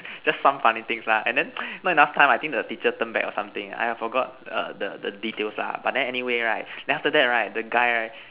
just some funny things lah and then not enough time ah I think the teacher turn back or something !aiya! I forgot the the details [lah]ø but then anyway right then after that right the guy right